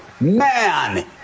man